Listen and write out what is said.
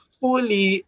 fully